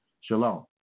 Shalom